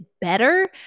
better